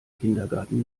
kindergarten